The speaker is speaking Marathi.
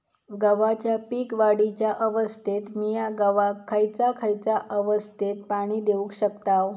गव्हाच्या पीक वाढीच्या अवस्थेत मिया गव्हाक खैयचा खैयचा अवस्थेत पाणी देउक शकताव?